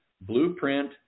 Blueprint